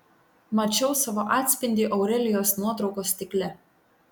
mačiau savo atspindį aurelijos nuotraukos stikle